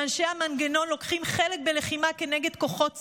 שאנשי המנגנון לוקחים חלק בלחימה כנגד כוחות צה"ל,